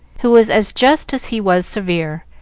who was as just as he was severe,